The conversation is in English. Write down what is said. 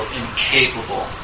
incapable